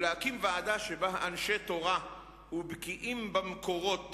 ולהקים ועדה שבה אנשי תורה ובקיאים במקורות